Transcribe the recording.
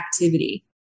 activity